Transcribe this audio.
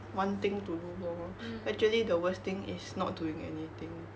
one thing to do lor actually the worst thing is not doing anything